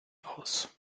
aus